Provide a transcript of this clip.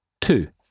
Two